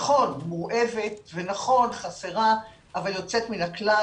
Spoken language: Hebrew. נכון מורעבת, ונכון חסרה, אבל יוצאת מן הכלל.